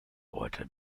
beute